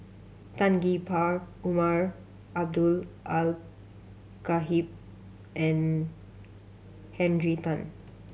Tan Gee Paw Umar Abdullah Al Khatib and Henry Tan